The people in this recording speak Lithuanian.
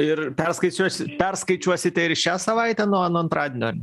ir perskaičiuosi perskaičiuosite ir šią savaitę nuo nuo antradienio